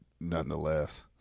nonetheless